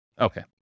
Okay